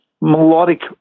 melodic